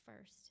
first